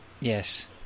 Yes